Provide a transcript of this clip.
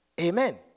Amen